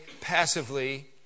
passively